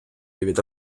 від